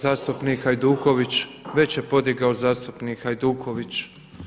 Zastupnik Hajduković već je podigao zastupnik Hajduković.